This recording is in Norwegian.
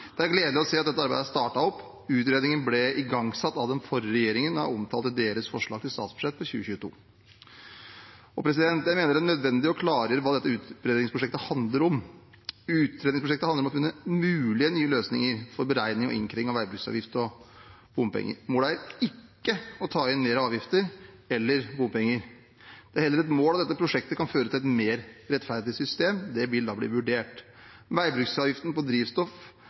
Det er gledelig å se at dette arbeidet er startet opp. Utredningen ble igangsatt av den forrige regjeringen og er omtalt i deres forslag til statsbudsjett for 2022. Jeg mener det er nødvendig å klargjøre hva dette utredningsprosjektet handler om. Utredningsprosjektet handler om å finne mulige nye løsninger for beregning og innkreving av veibruksavgift og bompenger. Målet er ikke å ta inn mer avgifter eller bompenger. Det er heller et mål at dette prosjektet kan føre til et mer rettferdig system. Det vil da bli vurdert. Veibruksavgiften på drivstoff